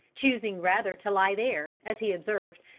choosing rather to lie there, as he observed,